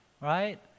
Right